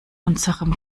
unserem